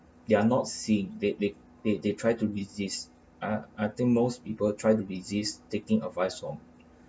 they're not seeing they they they they try to resist uh I think most people try to resist taking advice from